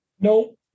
Nope